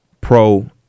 pro-